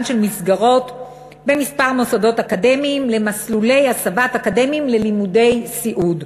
של מסגרות במספר מוסדות אקדמיים למסלולי הסבת אקדמאים ללימודי סיעוד.